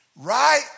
Right